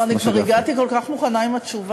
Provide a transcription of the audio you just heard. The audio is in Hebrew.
לא, אני כבר הגעתי כל כך מוכנה עם התשובה,